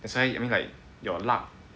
that's why I mean like your luck